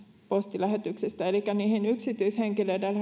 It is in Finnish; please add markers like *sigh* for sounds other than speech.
postilähetyksestä elikkä niihin yksityishenkilöiden *unintelligible*